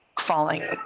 falling